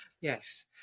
Yes